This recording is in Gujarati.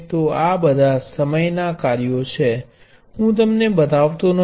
તો આ બધા સમયના કાર્યો છે હું તમને બતાવતો નથી